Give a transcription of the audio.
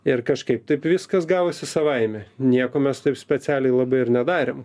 ir kažkaip taip viskas gavosi savaime nieko mes taip specialiai labai ir nedarėm